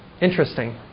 Interesting